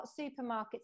supermarkets